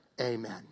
Amen